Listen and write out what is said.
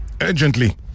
urgently